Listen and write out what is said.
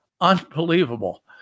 Unbelievable